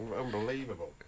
unbelievable